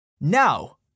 Now